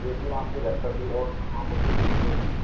देख लो आपके घर पर कोई और हो तो उसको भेज दो